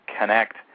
connect